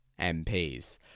MPs